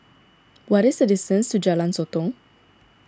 what is the distance to Jalan Sotong